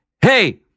hey